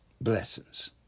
blessings